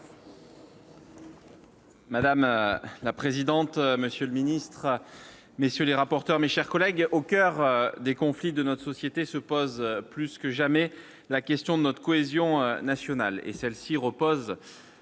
Madame la présidente, monsieur le ministre, messieurs les rapporteurs, mes chers collègues, au coeur des conflits de notre société se pose plus que jamais la question de notre cohésion nationale et celle-ci repose